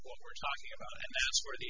what we're talking about for th